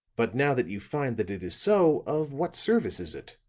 but now that you find that it is so, of what service is it?